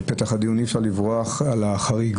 אנחנו אומרים ביום כיפור "על חטא